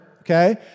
Okay